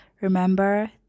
remember